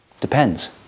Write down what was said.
Depends